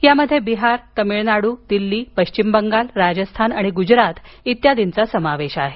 यामध्ये बिहार तमिळनाडू दिल्ली पश्चिम बंगाल राजस्थान आणि गुजरात इत्यादींचा समावेश आहे